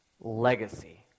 Legacy